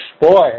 Boy